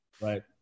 right